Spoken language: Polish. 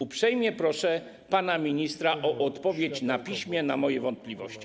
Uprzejmie proszę pana ministra o odpowiedź na piśmie na moje wątpliwości.